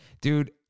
Dude